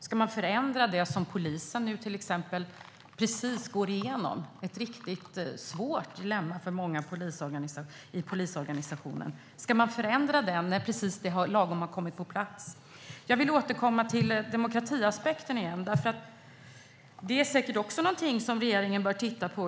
Ska man förändra till exempel det som polisen nu går igenom? Det är ju ett svårt dilemma för många i polisorganisationen. Ska man för-ändra detta när det lagom har kommit på plats? Jag vill återkomma till demokratiaspekten. Den är säkert också något som regeringen bör titta på.